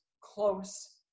close